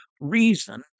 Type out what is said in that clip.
reason